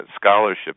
scholarship